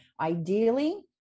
ideally